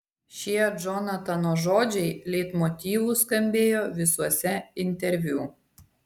šie džonatano žodžiai leitmotyvu skambėjo visuose interviu